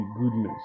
goodness